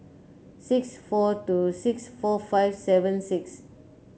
six four two six four five seven six